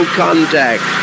contact